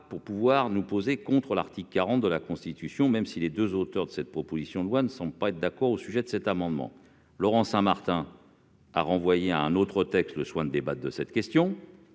en vue de nous opposer à l'article 40 de la Constitution, bien que les deux auteurs de cette proposition ne soient pas d'accord au sujet de cet amendement. Laurent Saint-Martin a renvoyé à un autre texte le soin de débattre de cette question.